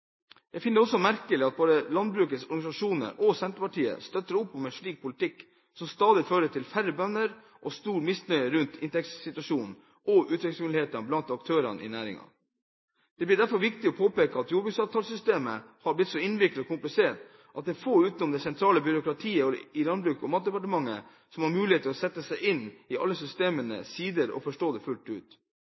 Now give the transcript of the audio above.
Jeg finner det merkelig at både landbrukets organisasjoner og Senterpartiet støtter opp om en politikk som fører til stadig færre bønder og stor misnøye rundt inntektssituasjonen og utviklingsmulighetene blant aktørene i næringen. Det blir derfor viktig å påpeke at jordbruksavtalesystemet har blitt så innviklet og komplisert at det er få utenom det sentrale byråkratiet i Landbruks- og matdepartementet som har mulighet til å sette seg inn i alle systemets sider og forstå det fullt ut.